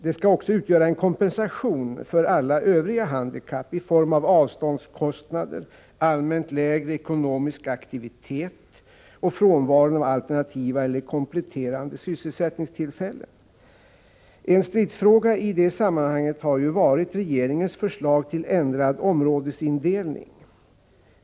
Det skall också utgöra en kompensation för alla övriga handikapp i form av avståndskostnader, allmänt lägre ekonomisk aktivitet och frånvaron av alternativa eller kompletterande sysselsättningstillfällen. En stridsfråga i det sammanhanget har varit regeringens förslag till ändrad områdesindelning.